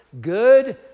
good